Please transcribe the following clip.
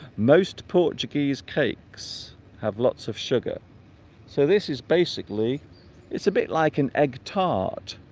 most portuguese cakes have lots of sugar so this is basically it's a bit like an egg tart